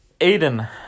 Aiden